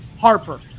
Harper